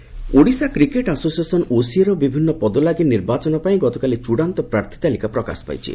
OCA ନିର୍ବାଚନ Odisha cricket association ଓସିଏର ବିଭିନ୍ ପଦ ଲାଗି ନିର୍ବାଚନ ପାଇଁ ଗତକାଲି ଚୂଡ଼ାନ୍ତ ପ୍ରାର୍ଥୀ ତାଲିକା ପ୍ରକାଶ ପାଇଛି